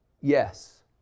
yes